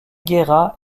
guerra